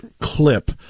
clip